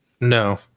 No